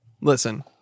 Listen